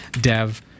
dev